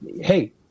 Hey